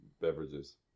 beverages